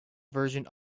version